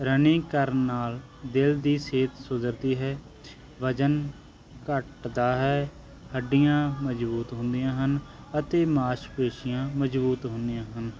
running ਕਰਨ ਨਾਲ ਦਿਲ ਦੀ ਸਿਹਤ ਸੁਧਰਦੀ ਹੈ ਵਜਨ ਘੱਟਦਾ ਹੈ ਹੱਡੀਆਂ ਮਜਬੂਤ ਹੁੰਦੀਆਂ ਹਨ ਅਤੇ ਮਾਸਪੇਸ਼ੀਆਂ ਮਜਬੂਤ ਹੁੰਦੀਆਂ ਹਨ